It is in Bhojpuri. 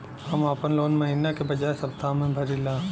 हम आपन लोन महिना के बजाय सप्ताह में भरीला